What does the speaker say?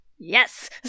Yes